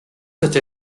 such